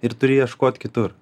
ir turi ieškot kitur